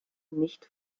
nicht